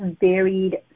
varied